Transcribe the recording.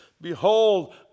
Behold